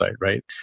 right